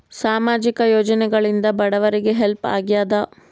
ಸಾಮಾಜಿಕ ಯೋಜನೆಗಳಿಂದ ಬಡವರಿಗೆ ಹೆಲ್ಪ್ ಆಗ್ಯಾದ?